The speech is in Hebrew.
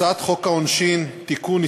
הצעת חוק העונשין (תיקון,